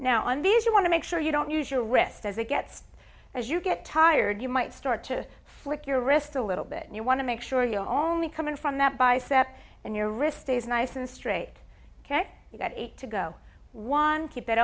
now on these you want to make sure you don't use your wrist as it gets as you get tired you might start to flick your wrist a little bit and you want to make sure you only come in from that bicep and your wrist stays nice and straight ok you got eight to go one keep it